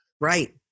right